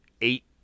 eight